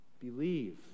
Believe